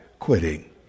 quitting